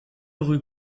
rue